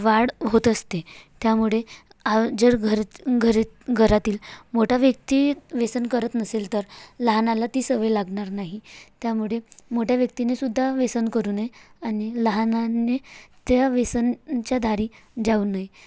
वाढ होत असते त्यामुळे जर घर घर घरातील मोठा व्यक्ती व्यसन करत नसेल तर लहनाला ती सवय लागणार नाही त्यामुळे मोठ्या व्यक्तीने सुद्धा व्यसन करू नये आणि लहानाने त्या व्यसनच्या धारी जाऊ नये